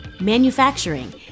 manufacturing